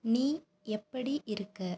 நீ எப்படி இருக்க